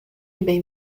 bem